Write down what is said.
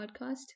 podcast